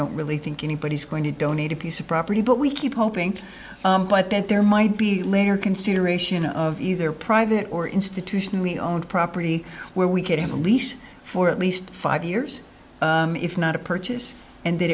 don't really think anybody's going to donate a piece of property but we keep hoping that there might be later consideration of either private or institutionally owned property where we could have a lease for at least five years if not a purchase and th